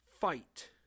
fight